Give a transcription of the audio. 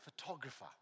Photographer